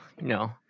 no